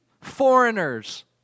foreigners